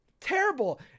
terrible